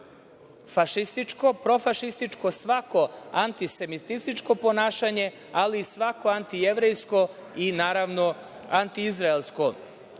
fašističko, profašističko, svako antisemitističko ponašanje, ali i svako antijevrejsko i, naravno, antiizraelsko